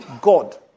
God